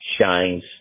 shines